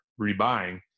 rebuying